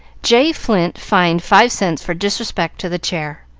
j. flint fined five cents for disrespect to the chair.